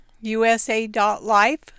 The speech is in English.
USA.life